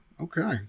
Okay